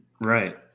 right